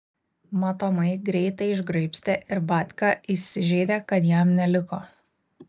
matomai greitai išgraibstė ir batka įsižeidė kad jam neliko